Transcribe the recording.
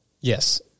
Yes